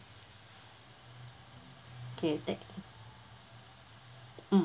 K tha~ mm